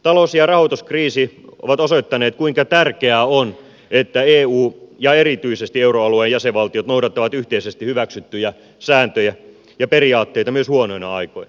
talous ja rahoituskriisi ovat osoittaneet kuinka tärkeää on että eu ja erityisesti euroalueen jäsenvaltiot noudattavat yhteisesti hyväksyttyjä sääntöjä ja periaatteita myös huonoina aikoina